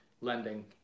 lending